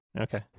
Okay